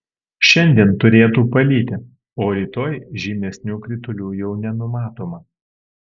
šiandien turėtų palyti o rytoj žymesnių kritulių jau nenumatoma